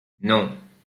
non